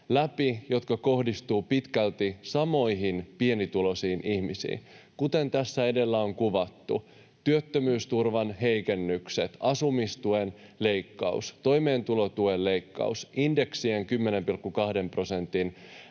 jotka kohdistuvat pitkälti samoihin pienituloisiin ihmisiin. Kuten tässä edellä on kuvattu, työttömyysturvan heikennykset, asumistuen leikkaus, toimeentulotuen leikkaus, indeksien 10,2 prosentin